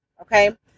okay